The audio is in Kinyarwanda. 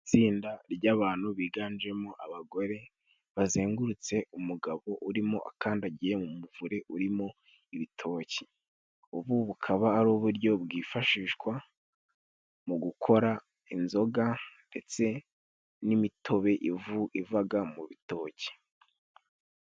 Itsinda ry'abantu biganjemo abagore bazengurutse umugabo urimo akandagiye mu muvure urimo ibitoki, ubu bukaba ari uburyo bwifashishwa mu gukora inzoga ndetse n'imitobe ivaga mu bitoki.